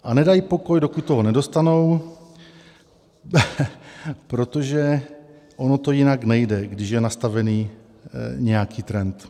A nedají pokoj, dokud to nedostanou, protože ono to jinak nejde, když je nastavený nějaký trend.